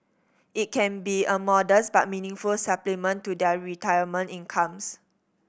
it can be a modest but meaningful supplement to their retirement incomes